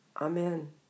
Amen